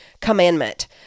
commandment